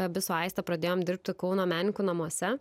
abi su aiste pradėjom dirbti kauno menininkų namuose